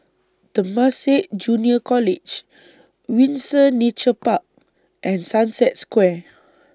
Temasek Junior College Windsor Nature Park and Sunset Square